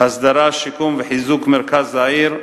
הסדרה, שיקום וחיזוק של מרכז העיר,